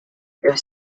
was